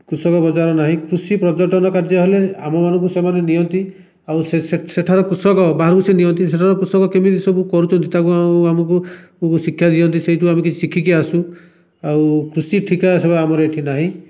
କୃଷକ ବଜାର ନାହିଁ କୃଷି ପର୍ଯ୍ୟଟନ କାର୍ଯ୍ୟ ହେଲେ ଆମ ମାନଙ୍କୁ ସେମାନେ ନିଅନ୍ତି ଆଉ ସେ ସେଠାରେ କୃଷକ ବାଉଁଶ ନିଅନ୍ତି ସେଠାରେ କୃଷକ କେମିତି ସବୁ କରୁଛନ୍ତି ତାକୁ ଆମକୁ ଶିଖାଇ ଦିଅନ୍ତି ସେଇଠୁ ଆମେ କିଛି ଶିଖିକି ଆସୁ ଆଉ କୃଷି ଠିକା ସେବା ଆମର ଏଠି ନାହିଁ